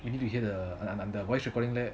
if you hear the voice recording